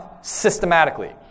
systematically